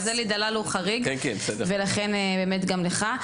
אז אלי דלל הוא חריג, ולכן גם לך.